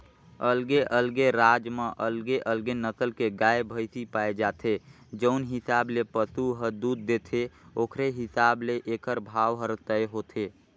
अलगे अलगे राज म अलगे अलगे नसल के गाय, भइसी पाए जाथे, जउन हिसाब ले पसु ह दूद देथे ओखरे हिसाब ले एखर भाव हर तय होथे